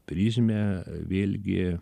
prizmę vėlgi